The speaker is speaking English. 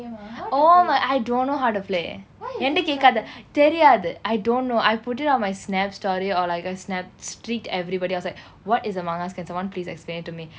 oh my I don't know how to play என்கிட்ட கேட்காத தெரியாது:enkitta kaetkaatha theriyaathu I don't know I put it on my snap story or like I snap streaked everybody I was like what is among us can someone please explain it to me